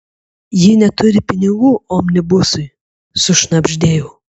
ji neturi pinigų omnibusui sušnabždėjau